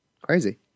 Crazy